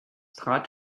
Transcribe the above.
trat